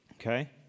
Okay